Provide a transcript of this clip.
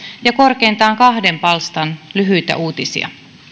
ja korkeintaan kahden palstan lyhyitä uutisia